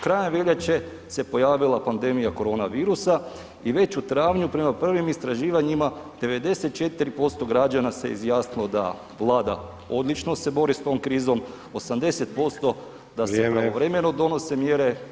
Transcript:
Krajem veljače se pojavila pandemija korona virusa i već u travnju prema prvim istraživanjima 94% građana se izjasnilo da Vlada odlično se bori s tom krizom, 80% da se pravovremeno [[Upadica: Vrijeme.]] donose mjere.